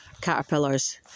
caterpillars